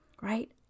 right